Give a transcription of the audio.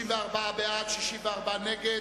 34 בעד, 64 נגד,